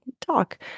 talk